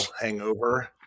hangover